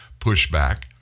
pushback